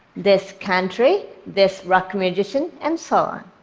this country, this rock musician, and so on.